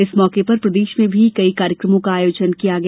इस मौके पर प्रदेश में भी कार्यक्रमों का आयोजन किया गया